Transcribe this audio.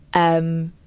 um,